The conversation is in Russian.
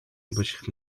рабочих